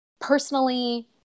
Personally